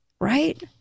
Right